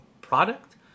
product